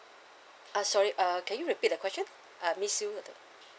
uh sorry uh can you repeat the question uh means you the